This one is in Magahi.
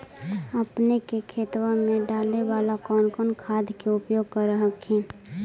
अपने के खेतबा मे डाले बाला कौन कौन खाद के उपयोग कर हखिन?